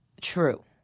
true